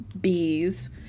bees